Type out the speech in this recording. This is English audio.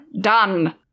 done